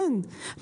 כן,